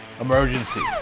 emergency